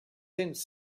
cents